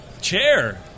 Chair